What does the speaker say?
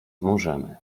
możemy